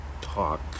talk